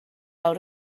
out